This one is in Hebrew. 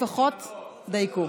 לפחות, דייקו.